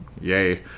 Yay